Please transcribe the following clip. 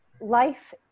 life